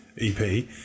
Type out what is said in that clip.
EP